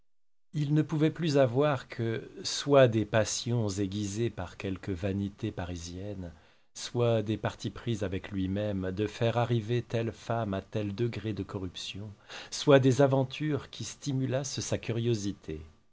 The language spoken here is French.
il ne pouvait plus avoir que soit des passions aiguisées par quelque vanité parisienne soit des partis pris avec lui-même de faire arriver telle femme à tel degré de corruption soit des aventures qui stimulassent sa curiosité